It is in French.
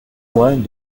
point